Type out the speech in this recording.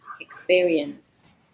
experience